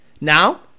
Now